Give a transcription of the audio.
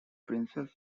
princes